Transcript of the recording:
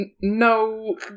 No